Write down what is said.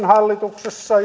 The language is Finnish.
hallituksessa